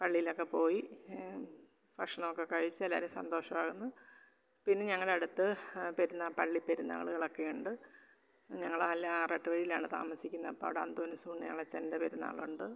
പള്ളിയിലൊക്കെ പോയി ഭക്ഷണമൊക്കെ കഴിച്ച് എല്ലാവരും സന്തോഷമാകുന്നു പിന്നെ ഞങ്ങളുടെ അടുത്ത് പെരുന്നാൾ പള്ളി പെരുന്നാളുകളൊക്കെ ഉണ്ട് ഞങ്ങളെല്ലാം ആറാട്ടു വഴിയിലാണ് താമസിക്കുന്നത് അപ്പോൾ അവിടെ അന്തോണിസ്സ് പുണ്യാളച്ഛൻ്റെ പെരുന്നാളുണ്ട്